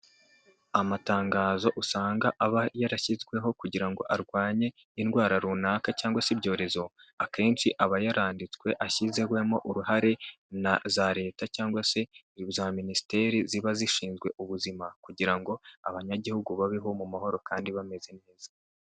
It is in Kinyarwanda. Amatangazo usanga aba yarashyizweho kugira ngo arwanye indwara runaka cyangwa se ibyorezo, akenshi aba yaranditswe ashyizwemo uruhare na za leta cyangwa se za minisiteri ziba zishinzwe ubuzima, kugira ngo abanyagihugu babeho mu mahoro kandi bameze neza.